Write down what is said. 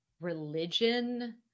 religion